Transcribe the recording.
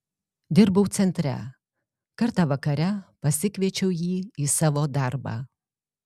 dirbau centre kartą vakare pasikviečiau jį į savo darbą